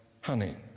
honey